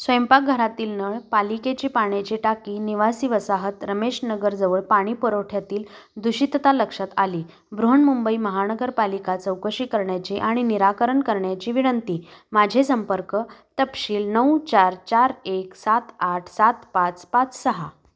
स्वयंपाकघरातील नळ पालिकेची पाण्याची टाकी निवासी वसाहत रमेश नगरजवळ पाणी पुरवठ्यातील दूषितता लक्षात आली बृहन्मुंबई महानगरपालिका चौकशी करण्याची आणि निराकरण करण्याची विनंती माझे संपर्क तपशील नऊ चार चार एक सात आठ सात पाच पाच सहा